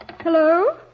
Hello